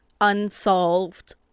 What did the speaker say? unsolved